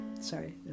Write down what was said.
Sorry